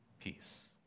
peace